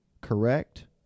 correct